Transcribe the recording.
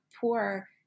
poor